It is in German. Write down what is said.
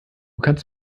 kannst